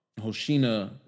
Hoshina